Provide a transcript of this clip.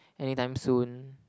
any time soon